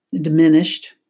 diminished